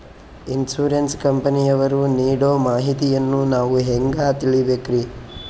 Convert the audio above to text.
Insurance ಕಂಪನಿಯವರು ನೀಡೋ ಮಾಹಿತಿಯನ್ನು ನಾವು ಹೆಂಗಾ ತಿಳಿಬೇಕ್ರಿ?